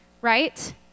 right